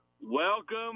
Welcome